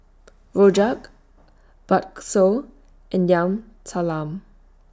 Rojak Bakso and Yam Talam